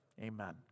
Amen